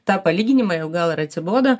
tą palyginimą jau gal ir atsibodo